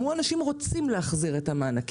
הם אמרו: אנשים רוצים להחזיר את המענקים